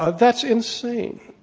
ah that's insane.